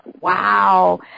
Wow